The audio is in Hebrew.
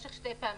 פעמיים.